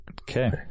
Okay